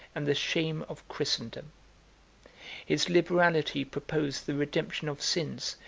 and the shame of christendom his liberality proposed the redemption of sins,